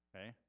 okay